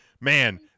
Man